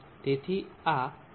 તેથી આ 20